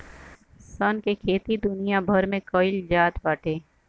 सन के खेती दुनिया भर में कईल जात बाटे